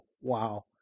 Wow